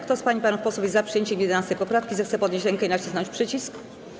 Kto z pań i panów posłów jest za przyjęciem 11. poprawki, zechce podnieść rękę i nacisnąć przycisk.